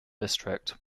district